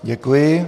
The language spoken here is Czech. Děkuji.